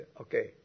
okay